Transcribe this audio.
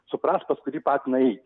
suprast pas kurį patiną eit